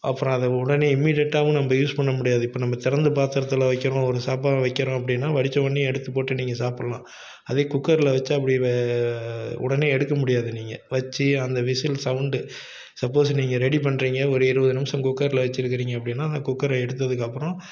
அப்புறம் அதை உடனே இமீடியட்டாகவும் நம்ம யூஸ் பண்ண முடியாது இப்போ நம்ம திறந்த பாத்திரத்தில் வைக்கிறோம் ஒரு சாப்பாடை வைக்கிறோம் அப்படின்னா வடித்த உடனே எடுத்து போட்டு நீங்கள் சாப்பிட்லாம் அதே குக்கரில் வைச்சா அப்படி வே உடனே எடுக்க முடியாது நீங்கள் வெச்சு அந்த விசில் சவுண்டு சப்போஸ் நீங்கள் ரெடி பண்ணுறீங்க ஒரு இருபது நிமிஷம் குக்கரில் வெச்சுருக்கிறீங்க அப்படின்னா அந்த குக்கரை எடுத்ததுக்கப்புறம்